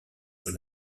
sur